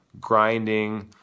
grinding